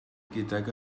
gydag